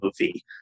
movie